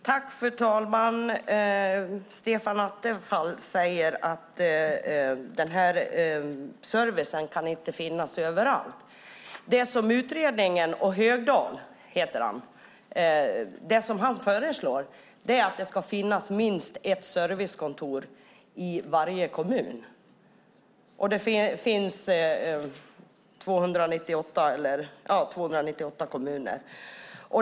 Fru talman! Stefan Attefall säger att den här servicen inte kan finnas överallt. Det som utredningen och Högdahl föreslår är att det ska finnas minst ett servicekontor i varje kommun; det finns 298 kommuner.